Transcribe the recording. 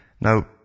Now